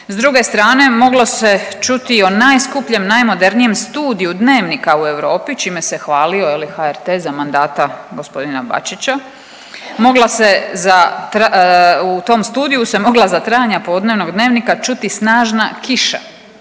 s druge strane moglo se čuti o najskupljem, najmodernijem Studiju Dnevnika u Europi čime se hvalio HRT za mandata g. Bačića, mogla se u tom studiju se mogla za trajanja podnevnog Dnevnika čuti snažna kiša.